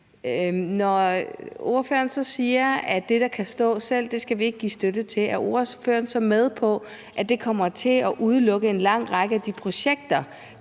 Når ordføreren så siger, at det, der kan stå selv, skal vi ikke give støtte til, er ordføreren så med på, at det kommer til at udelukke en lang række af de projekter,